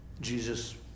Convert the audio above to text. Jesus